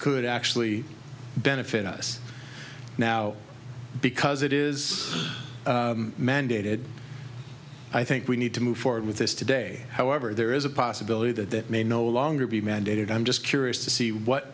could actually benefit us now because it is mandated i think we need to move forward with this today however there is a possibility that that may no longer be mandated i'm just curious to see what